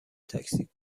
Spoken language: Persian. تاکسی